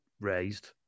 raised